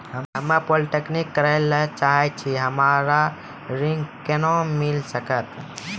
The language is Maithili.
हम्मे पॉलीटेक्निक करे ला चाहे छी हमरा ऋण कोना के मिल सकत?